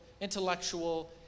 intellectual